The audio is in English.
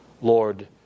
Lord